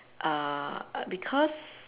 uh because